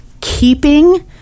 keeping